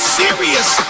serious